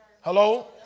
Hello